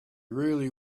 really